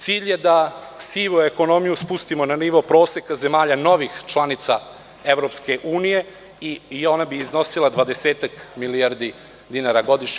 Cilj je da sivu ekonomiju spustimo na nivo proseka zemalja novih članica EU i ona bi iznosila 20-ak milijardi dinara godišnje.